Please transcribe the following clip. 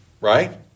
Right